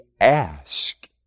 ask